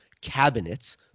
cabinets